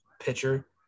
pitcher